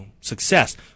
success